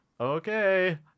Okay